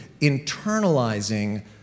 Internalizing